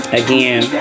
again